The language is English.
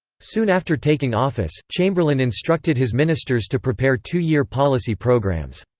soon after taking office, chamberlain instructed his ministers to prepare two-year policy programmes.